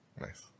nice